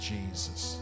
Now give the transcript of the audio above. Jesus